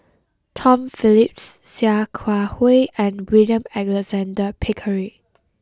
Tom Phillips Sia Kah Hui and William Alexander Pickering